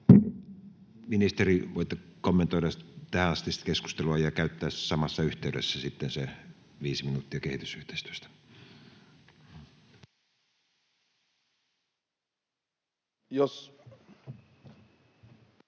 Ministeri, voitte kommentoida tähänastista keskustelua ja käyttää samassa yhteydessä viisi minuuttia kehitysyhteistyöstä.